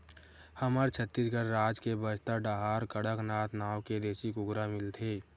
हमर छत्तीसगढ़ राज के बस्तर डाहर कड़कनाथ नाँव के देसी कुकरा मिलथे